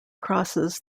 crosses